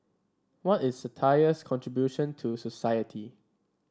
what is satire's contribution to society